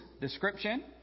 description